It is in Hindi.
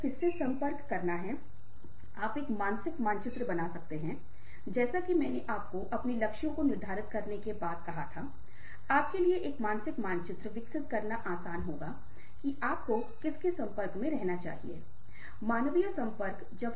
और फिर इसे समझते हुए मैं अपनी भावनाओं को संशोधित करूंगा ताकि संदर्भ के साथ फिट हो सकूं